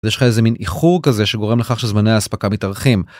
יש לך איזה מין איחור כזה שגורם לך שזמני ההספקה מתארכים.